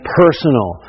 personal